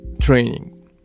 training